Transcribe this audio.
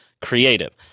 Creative